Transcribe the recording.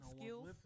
skills